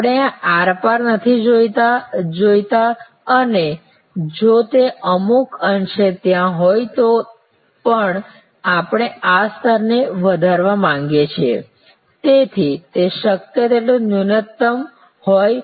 આપણે આ આર પાર નથી જોઈતા અને જો તે અમુક અંશે ત્યાં હોય તો પણ અમે આ સ્તરને વધારવા માંગીએ છીએ જેથી તે શક્ય તેટલું ન્યૂનતમ હોય